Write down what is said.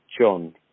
John